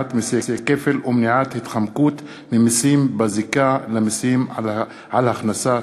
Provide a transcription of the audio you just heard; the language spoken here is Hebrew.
מניעת מסי כפל ומניעת התחמקות ממסים בזיקה למסים על הכנסה.